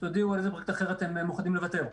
תודיעו על איזה חלק אחר אתם מוכנים לוותר.